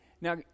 now